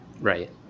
Right